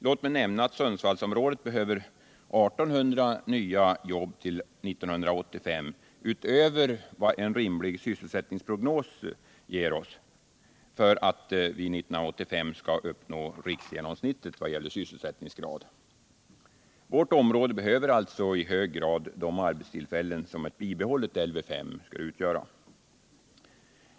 Låt mig nämna att Sundsvallsområdet behöver 1 800 nya jobb till 1985, utöver vad en rimlig sysselsättningsprognos visar, för att då uppnå riksgenomsnittet vad gäller sysselsättningsgrad. Området behöver alltså i mycket hög grad de arbetstillfällen som ett bibehållet Lv 5 skulle innebära.